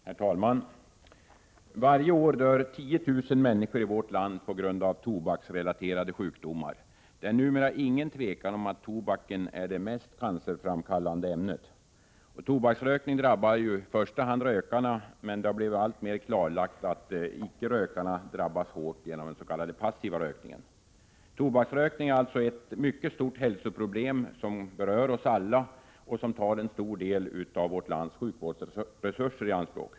Herr talman! Varje år dör 10 000 människor i vårt land på grund av tobaksrelaterade sjukdomar. Det råder numera inget tvivel om att tobaken är det mest cancerframkallande ämnet. Tobaksrökningen drabbar i första hand rökarna, men det har blivit alltmer klarlagt att även icke-rökarna drabbas hårt av den s.k. passiva rökningen. Tobaksrökningen är alltså ett mycket stort hälsoproblem som berör oss alla och som tar en stor del av vårt lands sjukvårdsresurser i anspråk.